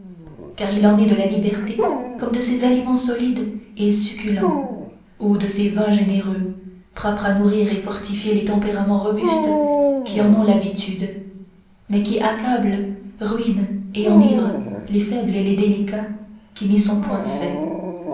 car il en est de la liberté comme de ces aliments solides et succulents ou de ces vins généreux propres à nourrir et fortifier les tempéraments robustes qui en ont l'habitude mais qui accablent ruinent et enivrent les faibles et délicats qui n'y sont point faits